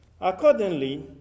Accordingly